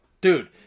Dude